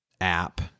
app